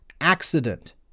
accident